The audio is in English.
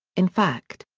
in fact.